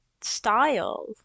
style